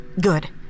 Good